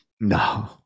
No